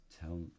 tell